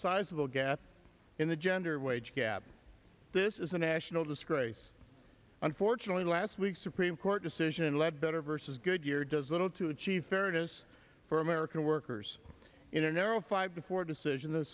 sizable gap in the gender wage gap this is a national disgrace unfortunately last week's supreme court decision led better vs good year does little to achieve fairness for american workers in a narrow five to four decision the